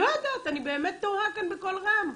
אני באמת תוהה כאן בקול רם.